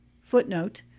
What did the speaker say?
footnote